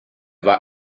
war